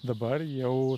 dabar jau